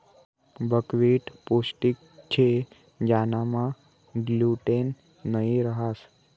buckwheat पोष्टिक शे ज्यानामा ग्लूटेन नयी रहास